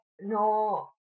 no